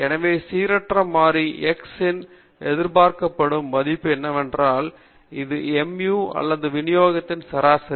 எனவே சீரற்ற மாறி X இன் எதிர்பார்க்கப்படும் மதிப்பு என்னவென்றால் அது mu அல்லது விநியோகத்தின் சராசரி